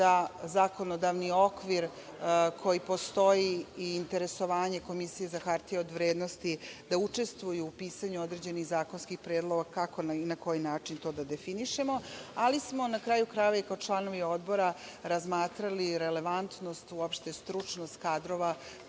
da zakonodavni okvir koji postoji i interesovanje Komisije za hartije od vrednosti da učestvuje u pisanju određenih zakonskih predloga, kako i na koji način to da definišemo. Ali smo na kraju krajeva i kod članova Odbora razmatrali relevantnost, uopšte stručnost kadrova